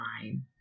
nine